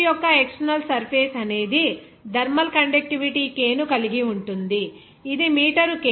pipe యొక్క external surface అనేది thermal conductivity K ను కలిగి ఉంటుంది ఇది మీటరు K కి 0